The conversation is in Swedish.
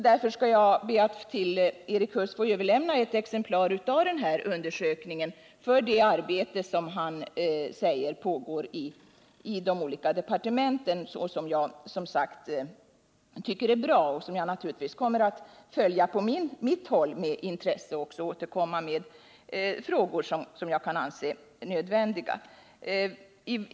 Därför skall jag be att till Erik Huss få överlämna ett exemplar av den här undersökningen för det arbete som han säger pågår i de olika departementen. Jag tycker det är bra, och jag kommer naturligtvis att följa det med intresse samt återkomma med frågor som jag anser nödvändiga att ta upp.